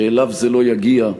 שאליו זה לא יגיע,